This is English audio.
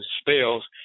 spells